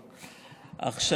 בראש.